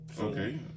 Okay